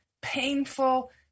painful